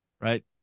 right